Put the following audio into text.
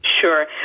Sure